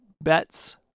bets